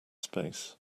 space